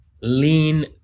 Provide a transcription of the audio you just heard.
Lean